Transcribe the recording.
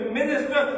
minister